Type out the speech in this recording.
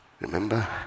Remember